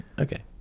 Okay